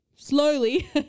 Slowly